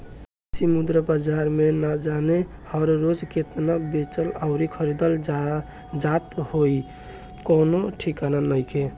बिदेशी मुद्रा बाजार में ना जाने हर रोज़ केतना बेचल अउरी खरीदल जात होइ कवनो ठिकाना नइखे